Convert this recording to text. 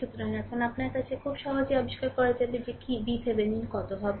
সুতরাং এখন আপনার কাছে এখন খুব সহজেই আবিষ্কার করা যাবে যে কী হবে VThevenin কী হবে